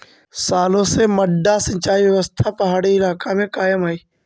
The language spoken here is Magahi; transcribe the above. सालो से मड्डा सिंचाई व्यवस्था पहाड़ी इलाका में कायम हइ